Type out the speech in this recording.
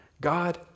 God